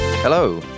Hello